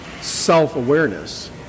self-awareness